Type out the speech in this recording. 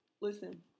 Listen